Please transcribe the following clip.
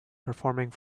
performing